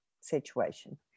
situation